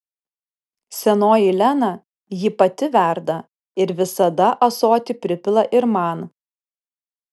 senoji lena jį pati verda ir visada ąsotį pripila ir man